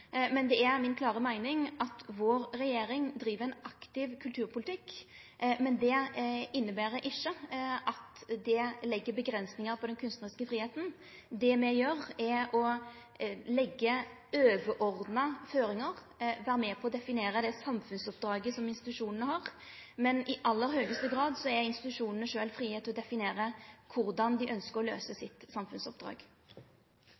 Det er mi klare meining at vår regjering driv ein aktiv kulturpolitikk, men det inneber ikkje at ein set grenser for den kunstnariske fridomen. Det me gjer, er å leggje overordna føringar, vere med på å definere det samfunnsoppdraget som institusjonane har, men institusjonane sjølve er i aller høgaste grad frie til å definere korleis dei ønskjer å løyse